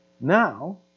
Now